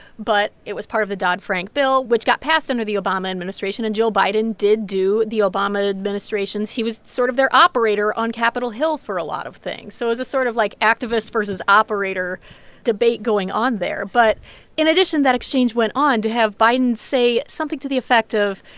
but it was part of the dodd-frank bill, which got passed under the obama administration. and joe biden did do the obama administration's he was sort of their operator on capitol hill for a lot of things. so it was a sort of, like, activist versus operator debate going on there. but in addition, that exchange went on to have biden say something to the effect of,